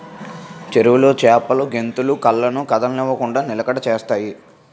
చెరువులో చేపలు గెంతులు కళ్ళను కదలనివ్వకుండ నిలకడ చేత్తాయి